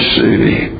city